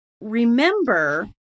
remember